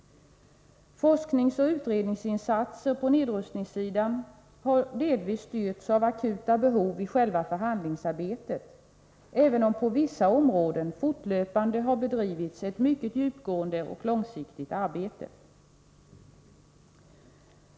Forskningsoch utredningsinsatser på nedrustningssidan har delvis styrts av akuta behov i själva förhandlingsarbetet, även om det på vissa områden fortlöpande har bedrivits ett mycket djupgående och långsiktigt arbete.